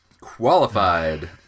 Qualified